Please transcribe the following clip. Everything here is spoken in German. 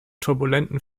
turbulenten